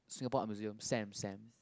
Singapore Art Museum Sam Sam